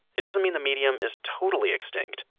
it doesn't mean the medium is totally extinct.